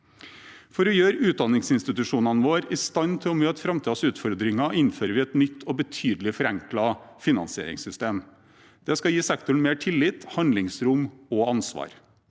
For å gjøre utdanningsinstitusjonene våre i stand til å møte framtidens utfordringer innfører vi et nytt og betydelig forenklet finansieringssystem. Det skal gi sektoren mer tillit, handlingsrom og ansvar.